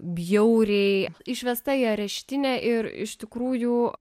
bjauriai išvesta į areštinę ir iš tikrųjų